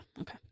okay